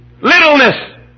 Littleness